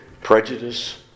prejudice